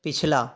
पिछला